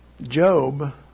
Job